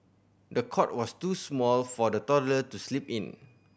the cot was too small for the toddler to sleep in